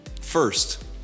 First